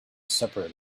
separate